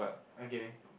okay